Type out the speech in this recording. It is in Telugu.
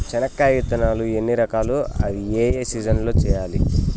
చెనక్కాయ విత్తనాలు ఎన్ని రకాలు? అవి ఏ ఏ సీజన్లలో వేయాలి?